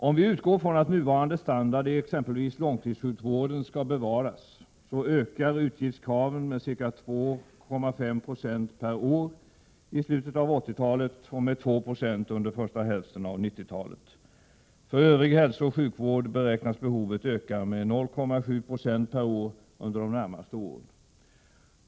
Om vi utgår från att nuvarande standard i exempelvis långtidssjukvården skall bevaras, så ökar utgiftskraven med ca 2,5 Ze per år i slutet av 80-talet och med 2 26 under första hälften av 90-talet. För övrig hälsooch sjukvård beräknas behovet öka med 0,7 26 per år under de närmaste åren.